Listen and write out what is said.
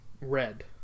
red